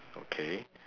okay